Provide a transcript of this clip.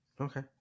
Okay